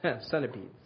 Centipedes